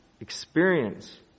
experience